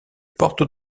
porte